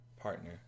Partner